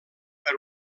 per